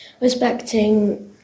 Respecting